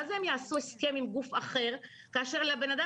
מה זה הם יעשו הסכם עם גוף אחר כאשר לבן אדם